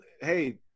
Hey